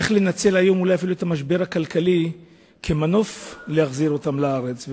איך לנצל היום אולי אפילו את המשבר הכלכלי כמנוף להחזיר אותם לארץ.